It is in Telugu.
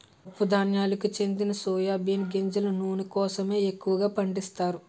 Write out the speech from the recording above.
పప్పు ధాన్యాలకు చెందిన సోయా బీన్ గింజల నూనె కోసమే ఎక్కువగా పండిస్తారు